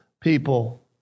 people